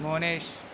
Bhuvanesh